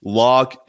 lock